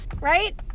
Right